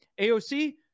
AOC